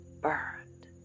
burned